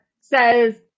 says